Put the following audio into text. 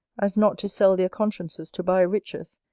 as not to sell their consciences to buy riches,